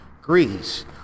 Greece